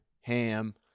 Ham